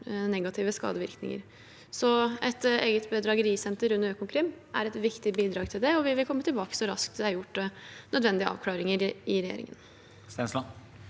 negative skadevirkninger. Et eget bedragerisenter under Økokrim er et viktig bidrag, og vi vil komme tilbake så raskt det er gjort nødvendige avklaringer i regjeringen.